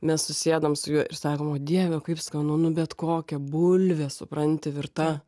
mes susėdam su juo ir sakom o dieve kaip skanu bet kokia bulvė supranti ir ta